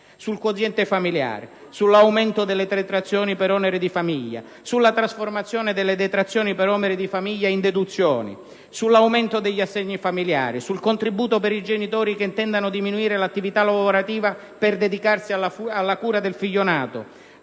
sul quoziente familiare; sull'aumento delle detrazioni per oneri di famiglia; sulla trasformazione delle detrazioni per oneri di famiglia in deduzioni; sull'aumento degli assegni familiari, sul contributo per i genitori che intendano diminuire l'attività lavorativa per dedicarsi alla cura del figlio nato;